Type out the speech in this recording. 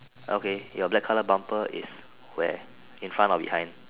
okay your black colour bumper is where in front or behind